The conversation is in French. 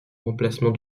remplacement